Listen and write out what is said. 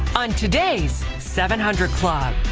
on today's seven hundred club.